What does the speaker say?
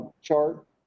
chart